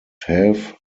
have